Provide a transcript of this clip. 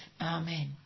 Amen